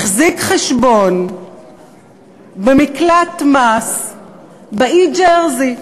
החזיק חשבון במקלט מס באי ג'רזי.